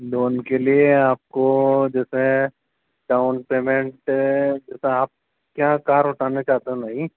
loan के लिए आपको जैसे है डाउन पेमेंट जैसे आप क्या कार उठाने का